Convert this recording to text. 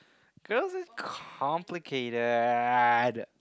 girls are complicated